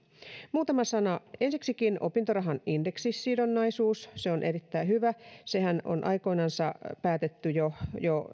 muutama sana ensiksikin opintorahan indeksisidonnaisuus on erittäin hyvä sehän on aikoinansa päätetty jo jo